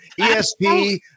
ESP